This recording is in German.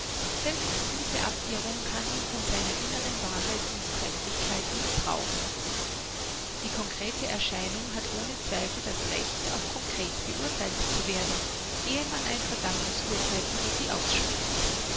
selbst diese abirrung kann ihm von seiner inneren wahrheit und trefflichkeit nichts rauben die concrete erscheinung hat ohne zweifel das recht auch concret beurtheilt zu werden ehe man ein verdammungsurtheil über sie ausspricht